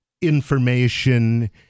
information